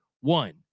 one